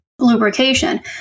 lubrication